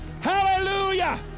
Hallelujah